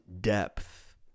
depth